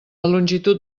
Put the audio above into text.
longitud